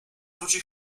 wróci